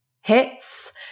hits